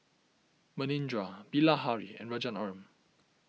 Manindra Bilahari and Rajaratnam